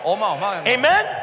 Amen